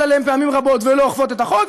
עליהן פעמים רבות ולא אוכפות את החוק,